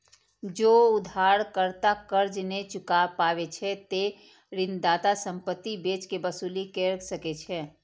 जौं उधारकर्ता कर्ज नै चुकाय पाबै छै, ते ऋणदाता संपत्ति बेच कें वसूली कैर सकै छै